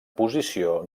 posició